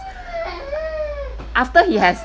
after he has